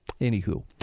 Anywho